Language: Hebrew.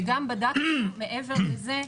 וגם בדקנו מעבר לזה,